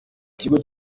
ikigo